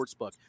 sportsbook